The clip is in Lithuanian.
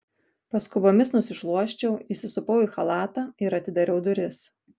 paskubomis nusišluosčiau įsisupau į chalatą ir atidariau duris